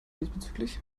diesbezüglich